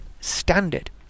standard